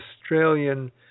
Australian